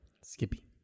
Skippy